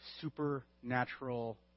supernatural